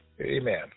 Amen